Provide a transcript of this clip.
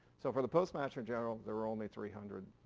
so for the postmaster general there were only three hundred